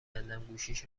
کندم، گوشیش